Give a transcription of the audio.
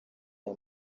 aya